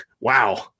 Wow